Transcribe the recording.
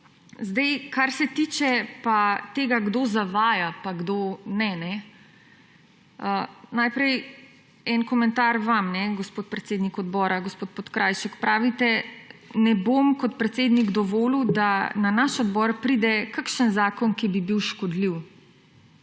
ena. Kar se tiče pa tega, kdo zavaja pa kdo ne. Najprej en komentar vam, gospod predsednik odbora, gospod Podkrajšek. Pravite, »ne bom kot predsednik dovolil, da na naš odbor pride kakšen zakon, ki bi bil škodljiv«.